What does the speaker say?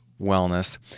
wellness